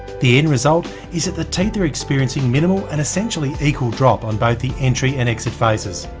the end result is that the teeth are experiencing minimal, and essentially equal drop on both the entry and exit faces.